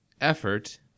effort